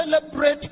celebrate